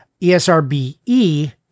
ESRBE